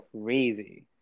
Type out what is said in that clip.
crazy